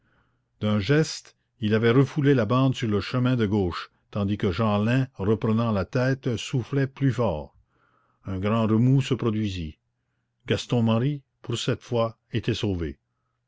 d'un geste il avait refoulé la bande sur le chemin de gauche tandis que jeanlin reprenant la tête soufflait plus fort un grand remous se produisit gaston marie pour cette fois était sauvé